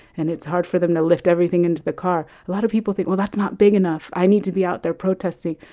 and it's hard for them to lift everything into the car. a lot of people think, well, that's not big enough. i need to be out there protesting.